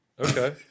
okay